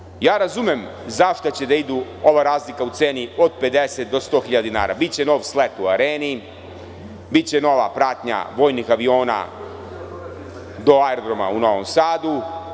Sada opet pitam, razumem zašto će da ide ova razlika u ceni od 50 do 100.000 dinara, biće nov slet u „Areni“, biće nova pratnja vojnih aviona do aerodroma u Novom Sadu.